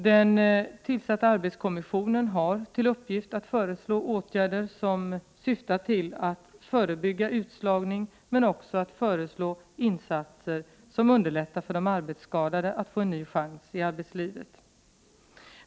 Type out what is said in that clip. Den tillsatta arbetsmiljökommissionen har till uppgift att föreslå åtgärder som syftar till att förebygga utslagning men också att föreslå insatser som underlättar för de arbetsskadade att få en ny chans i arbetslivet.